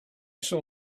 saw